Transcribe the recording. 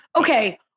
Okay